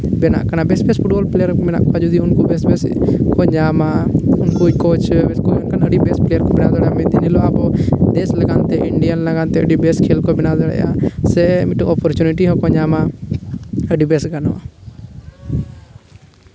ᱵᱮᱱᱟᱜ ᱠᱟᱱᱟ ᱵᱮᱹᱥᱼᱵᱮᱹᱥ ᱯᱷᱩᱴᱵᱚᱞ ᱯᱞᱮᱹᱭᱟᱨ ᱢᱮᱱᱟᱜ ᱠᱚᱣᱟ ᱡᱩᱫᱤ ᱩᱱᱠᱩ ᱵᱮᱹᱥᱼᱵᱮᱹᱥ ᱠᱚ ᱧᱟᱢᱟ ᱠᱳᱪ ᱠᱚ ᱥᱮ ᱵᱮᱹᱥ ᱠᱚ ᱮᱱᱠᱷᱟᱱ ᱟᱹᱰᱤ ᱵᱮᱹᱥ ᱯᱞᱮᱹᱭᱟᱨ ᱠᱚ ᱵᱮᱱᱟᱣ ᱫᱟᱲᱮᱭᱟᱜᱼᱟ ᱢᱤᱫ ᱫᱤᱱ ᱦᱤᱞᱳᱜ ᱟᱵᱚ ᱫᱮᱹᱥ ᱞᱟᱜᱟᱱᱛᱮ ᱤᱱᱰᱤᱭᱟᱱ ᱞᱟᱜᱟᱱᱛᱮ ᱟᱹᱰᱤ ᱵᱮᱹᱥ ᱠᱷᱮᱹᱞ ᱠᱚ ᱵᱮᱱᱟᱣ ᱫᱟᱲᱮᱭᱟᱜᱼᱟ ᱥᱮ ᱢᱤᱫᱴᱟᱱ ᱚᱯᱚᱨᱪᱩᱱᱤᱴᱤ ᱦᱚᱸᱠᱚ ᱧᱟᱢᱟ ᱟᱹᱰᱤ ᱵᱮᱹᱥ ᱜᱟᱱᱚᱜᱼᱟ